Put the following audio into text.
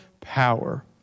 power